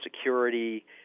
Security